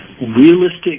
realistic